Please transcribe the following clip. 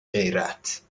غیرت